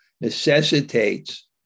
necessitates